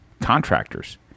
contractors